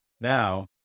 now